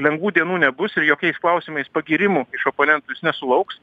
lengvų dienų nebus ir jokiais klausimais pagyrimų iš oponentų jis nesulauks